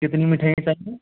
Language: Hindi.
कितनी मिठाईयाँ है साथ में